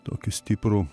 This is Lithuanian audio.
tokį stiprų